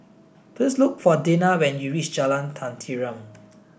please look for Dinah when you reach Jalan Tenteram